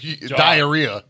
diarrhea